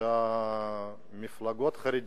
שהמפלגות החרדיות,